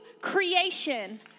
creation